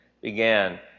began